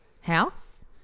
house